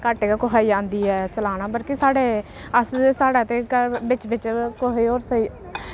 घट्ट गै कुसा गी औंदी ऐ चलाना बल्कि साढ़े अस ते साढ़ै ते घर बिच्च बिच्च कुसै होर रसोई